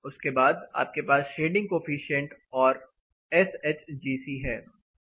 उसके बाद आपके पास शेडिंग कोफिशिएंट और एस एच जी सी है